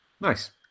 Nice